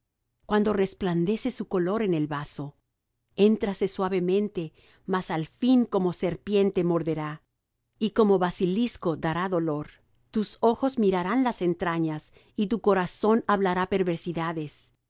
cuando resplandece su color en el vaso entrase suavemente mas al fin como serpiente morderá y como basilisco dará dolor tus ojos mirarán las extrañas y tu corazón hablará perversidades